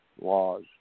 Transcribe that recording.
laws